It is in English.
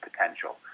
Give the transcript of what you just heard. potential